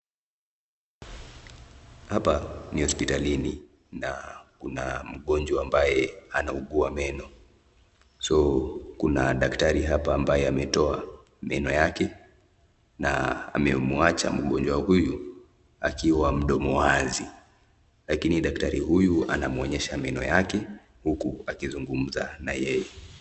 Hapa ni hosipitani na kuna mgonjwa ambaye anaugua meno, so kuna daktari hapa ambaye ametoa meno yake na amemwacha mgonjwa huyu akiwa mdomo wazi, lakini daktari huyu anamuonyesha meno yake huku akizungumza na yeye.